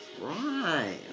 right